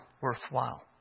worthwhile